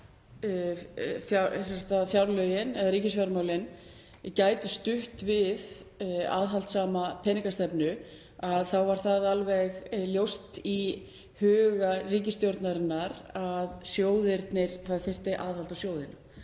að fjárlögin eða ríkisfjármálin gætu stutt við aðhaldssama peningastefnu var það ljóst í huga ríkisstjórnarinnar að það þyrfti aðhald á sjóðina